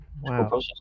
wow